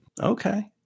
Okay